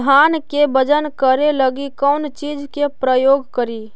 धान के बजन करे लगी कौन चिज के प्रयोग करि?